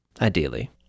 ideally